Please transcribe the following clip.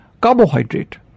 carbohydrate